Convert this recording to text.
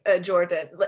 Jordan